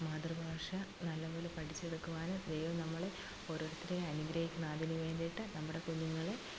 മാതൃഭാഷ നല്ല പോലെ പഠിച്ചെടുക്കുവാനും ദൈവം നമ്മളെ ഓരോരുത്തരെ അനുഗ്രഹിക്കണം അതിന് വേണ്ടിയിട്ട് നമ്മടെ കുഞ്ഞുങ്ങളെ